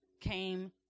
came